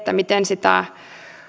miten sitä